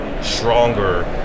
stronger